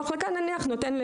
אני חושב שרופא שנמצא בזמינות,